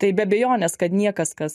tai be abejonės kad niekas kas